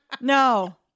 No